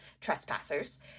trespassers